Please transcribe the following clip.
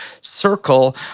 circle